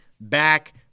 back